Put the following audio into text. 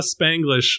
Spanglish